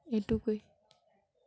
এটুকুই